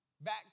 Back